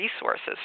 resources